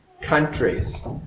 countries